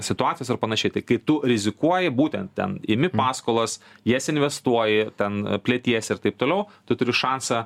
situacijos ar panašiai kai tu rizikuoji būtent ten imi paskolas jas investuoji ten pletiesi ir taip toliau tu turi šansą